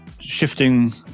shifting